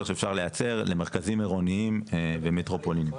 שאפשר לייצר למרכזים עירוניים ומטרופוליניים.